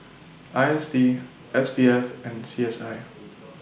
I S D S B F and C S I